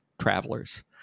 travelers